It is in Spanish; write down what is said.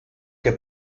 que